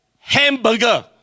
hamburger